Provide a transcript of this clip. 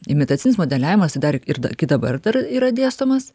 imitacinis modeliavimas dar ir iki dabar dar yra dėstomas